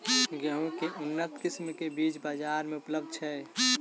गेंहूँ केँ के उन्नत किसिम केँ बीज बजार मे उपलब्ध छैय?